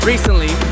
Recently